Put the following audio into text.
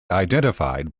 identified